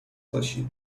باشید